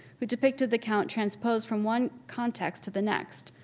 who depicted the count transposed from one context to the next,